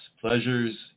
pleasures